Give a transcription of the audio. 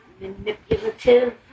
manipulative